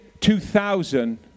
2000